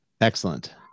Excellent